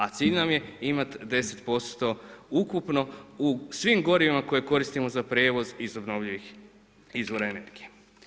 A cilj nam je imat 10% ukupno u svim gorivima koje koristimo za prijevoz iz obnovljivih izvora energije.